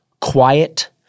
quiet